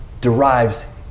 derives